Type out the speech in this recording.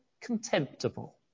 Contemptible